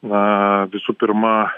na visų pirma